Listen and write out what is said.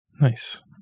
Nice